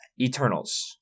Eternals